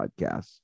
podcasts